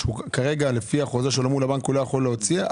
כרגע לפי החוזה שלו מול הבנק, לא יכול להוציא.